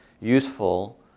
useful